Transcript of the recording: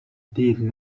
did